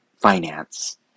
finance